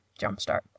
Jumpstart